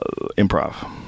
Improv